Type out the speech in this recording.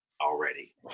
already